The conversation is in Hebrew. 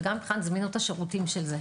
וגם מבחינת זמינות השירותים של זה?